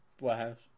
warehouse